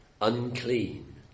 unclean